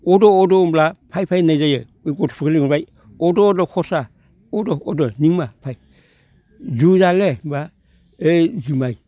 अद' अद' होनब्ला फै फै होननाय जायो बे गथ'फोरखौ लेंहरबाय गद' गद' फरसा अद' अद' नुंमा फै जुजाले होनबा ओइ जुमाय